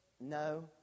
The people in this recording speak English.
no